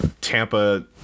Tampa